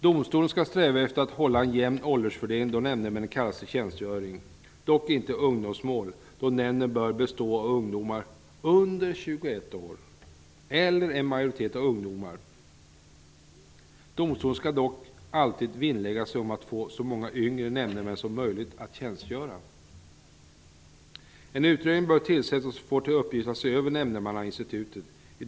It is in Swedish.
Domstolen skall sträva efter att hålla en jämn åldersfördelning då nämndemän kallas till tjänstgöring, dock inte i ungdomsmål då nämnden bör bestå av ungdomar under 21 år eller ha en majoritet av ungdomar. Domstolen skall dock alltid vinnlägga sig om att få så många yngre nämndemän som möjligt att tjänstgöra. En utredning bör tillsättas med uppgift att se över nämndemannainstitutet.